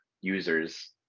users